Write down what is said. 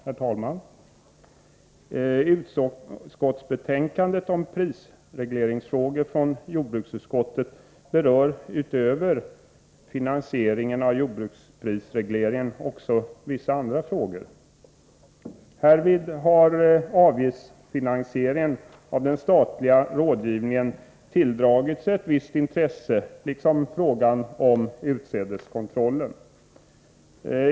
Herr talman! Jordbruksutskottets betänkande om prisregleringsfrågor berör utöver finansieringen av jordbruksprisregleringen också vissa andra frågor. Härvid har avgiftsfinansieringen av den statliga rådgivningen tilldragit sig ett visst intresse, liksom frågan om utsädeskontrollen.